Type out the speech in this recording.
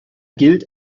gilt